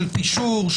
של פישור,